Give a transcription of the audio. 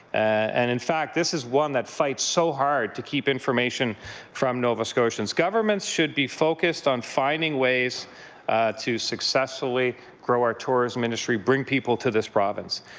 and in fact, this is one that fights so hard to keep information from nova scotians. governments should be focused on finding ways to successfully grow our tourism industry, bring people to this province.